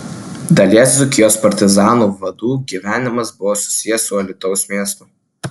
dalies dzūkijos partizanų vadų gyvenimas buvo susijęs su alytaus miestu